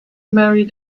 married